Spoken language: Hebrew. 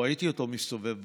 ראיתי אותו מסתובב בחוץ.